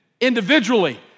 individually